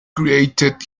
created